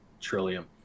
Trillium